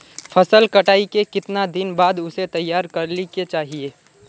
फसल कटाई के कीतना दिन बाद उसे तैयार कर ली के चाहिए?